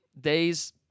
days